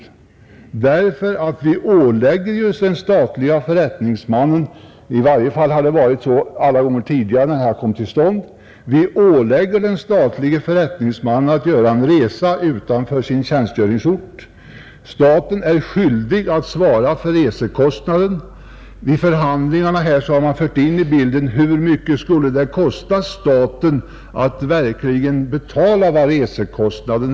Vi ålägger ju den statlige förrättningsmannen — i varje fall har det varit så vid alla tidigare tillfällen när beslut fattats om dessa bestämmelser — att göra en resa utanför sin tjänstgöringsort, och staten är skyldig att svara för resekostnaden, Vid förhandlingarna har man fört in i bilden: Hur mycket skulle det kosta staten att betala den verkliga resekostnaden?